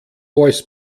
voice